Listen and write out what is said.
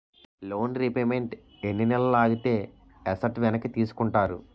Loan repayment ఎన్ని నెలలు ఆగితే ఎసట్ వెనక్కి తీసుకుంటారు?